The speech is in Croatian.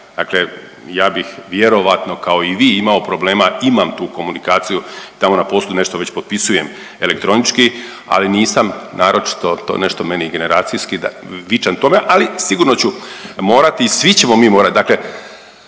Dakle, ja bih vjerojatno kao i vi imao problema imam tu komunikaciju tamo na poslu nešto već potpisujem elektronički ali nisam naročito to nešto meni generacijski da vičan tome, ali sigurno ću morati i svi ćemo mi morati. Dakle,